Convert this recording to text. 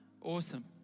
awesome